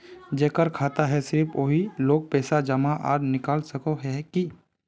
जेकर खाता है सिर्फ वही लोग पैसा जमा आर निकाल सके है की?